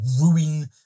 ruin